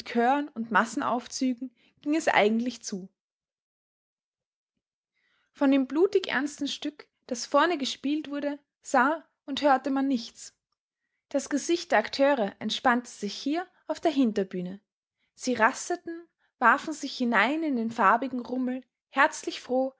und massenaufzügen ging es eigentlich zu von dem blutig ernsten stück das vorne gespielt wurde sah und hörte man nichts das gesicht der akteure entspannte sich hier auf der hinterbühne sie rasteten warfen sich hinein in den farbigen rummel herzlich froh